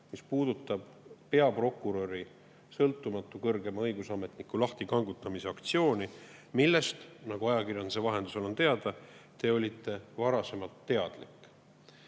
mis puudutab peaprokuröri, sõltumatu kõrgema õigusametniku lahtikangutamise aktsiooni, millest, nagu ajakirjanduse vahendusel on teada, te olite varasemalt teadlik.